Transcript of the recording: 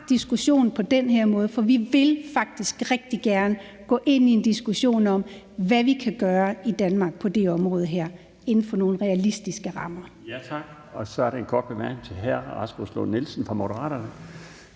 diskussionen på den her måde, for vi vil faktisk rigtig gerne gå ind i en diskussion om, hvad vi kan gøre i Danmark på det her område inden for nogle realistiske rammer. Kl. 16:12 Den fg. formand (Bjarne Laustsen): Tak. Så er der en